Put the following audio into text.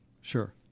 Sure